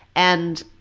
and